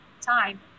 time